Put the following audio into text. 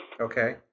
Okay